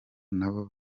n’abo